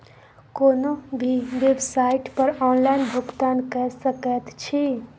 कोनो भी बेवसाइट पर ऑनलाइन भुगतान कए सकैत छी